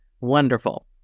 Wonderful